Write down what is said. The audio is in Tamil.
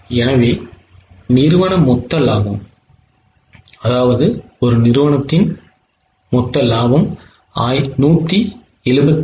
எனவே நிறுவன மொத்த லாபம் 177